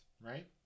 right